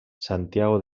santiago